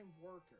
worker